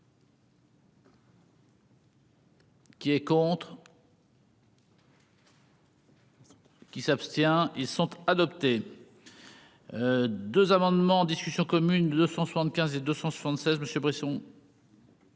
Qui est contre. Qui s'abstient ils sont adoptés. 2 amendements en discussion commune de 275 et 276 Monsieur Bresson.